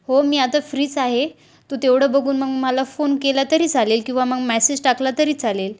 हो मी आता फ्रीच आहे तू तेवढं बघून मग मला फोन केला तरी चालेल किंवा मग मॅसेज टाकला तरी चालेल